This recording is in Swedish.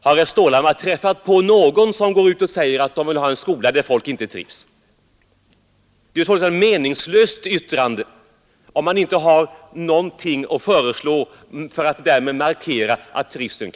Har herr Stålhammar träffat på någon som vill ha en skola där folk inte trivs? Det är ju ett fullständigt meningslöst yttrande om man inte har någonting att föreslå för att öka trivseln.